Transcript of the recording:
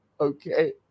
Okay